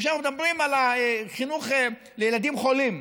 שכאשר אנחנו מדברים על החינוך לילדים חולים,